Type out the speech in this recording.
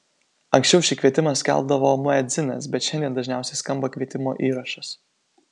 anksčiau šį kvietimą skelbdavo muedzinas bet šiandien dažniausiai skamba kvietimo įrašas